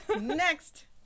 next